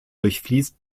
durchfließt